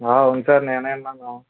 అవును సార్ నేను విన్నాను